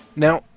now,